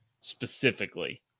specifically